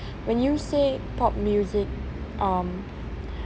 when you say pop music um